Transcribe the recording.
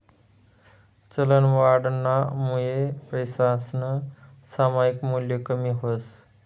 चलनवाढनामुये पैसासनं सामायिक मूल्य कमी व्हस